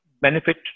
benefit